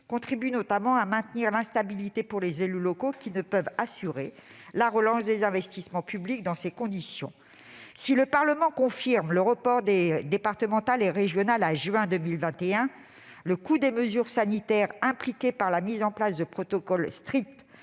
contribue notamment à maintenir une situation d'instabilité pour les élus locaux, qui ne peuvent assurer la relance des investissements publics dans ces conditions. Si le Parlement confirme le report des élections départementales et régionales au mois de juin 2021, le coût des mesures sanitaires qu'implique la mise en place de protocoles stricts